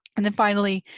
and then finally,